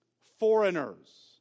foreigners